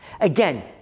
Again